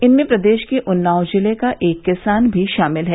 इनमें प्रदेश के उन्नाव जिले का एक किसान भी शामिल हैं